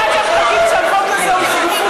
אחר כך תגיד שהחוק הזה הוא שקיפות,